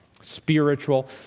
spiritual